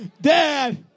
Dad